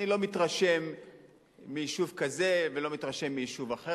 אני לא מתרשם מיישוב כזה ולא מתרשם מיישוב אחר.